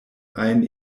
ajn